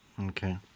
Okay